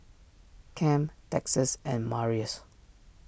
Kem Texas and Marius